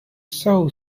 saw